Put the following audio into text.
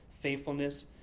faithfulness